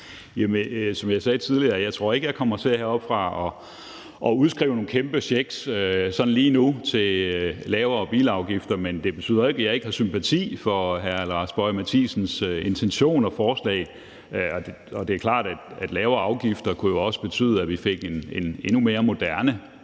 jeg heroppefra kommer til at udskrive nogle kæmpe checks sådan lige nu til lavere bilafgifter, men det betyder ikke, at jeg ikke har sympati for hr. Lars Boje Mathiesens intentioner og forslag. Det er klart, at lavere afgifter jo også kunne betyde, at vi fik en endnu mere moderne